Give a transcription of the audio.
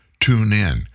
TuneIn